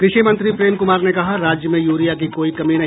कृषि मंत्री प्रेम कुमार ने कहा राज्य में यूरिया की कोई कमी नहीं